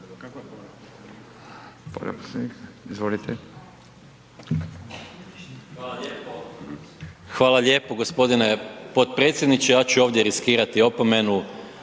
Hvala lijepo gospodine potpredsjedniče ja ću ovdje riskirati opomenu